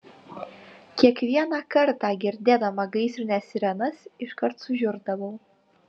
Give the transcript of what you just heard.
kiekvieną kartą girdėdama gaisrinės sirenas iškart sužiurdavau